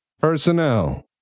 personnel